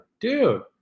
dude